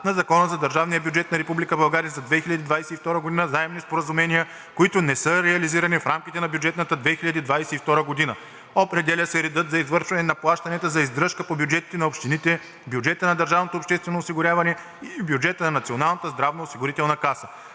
на Закона за държавния бюджет на Република България за 2022 г. заемни споразумения, които не са реализирани в рамките на бюджетната 2022 г. Определя се редът за извършване на плащанията за издръжка по бюджетите на общините, бюджета на държавното обществено осигуряване и бюджета на Националната здравноосигурителна каса.